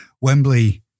Wembley